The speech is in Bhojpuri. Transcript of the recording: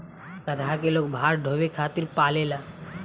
गदहा के लोग भार ढोवे खातिर पालेला